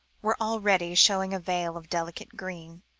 were already showing a veil of delicate green.